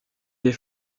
des